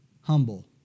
Humble